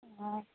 ꯑꯥ